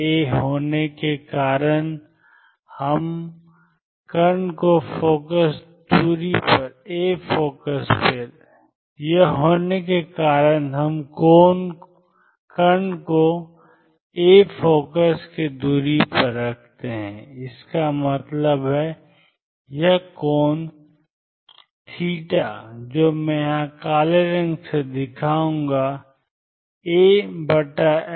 यह a होने के कारण और हम कण को फोकस दूरी पर रखते हैं इसका मतलब है यह कोण जो मैं यहां काले रंग से दिखाऊंगा af